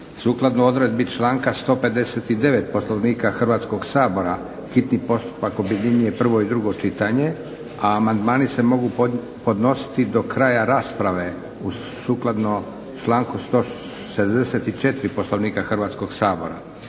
Sukladno odredbi članka 159. Poslovnika Hrvatskog sabora hitni postupak objedinjuje prvo i drugo čitanje, a amandmani se mogu podnositi do kraja rasprave sukladno članku 164. Poslovnika Hrvatskog sabora.